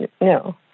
no